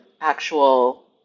actual